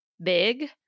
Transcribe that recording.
big